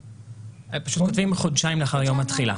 פשוט כותבים חודשיים לאחר יום התחילה.